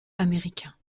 américain